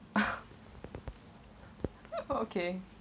okay